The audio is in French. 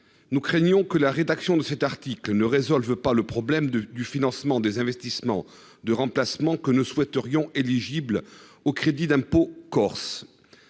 nous craignons que la rédaction de cet article ne résolve pas le problème du financement des investissements de remplacement que nous souhaiterions éligibles au crédit d'impôt pour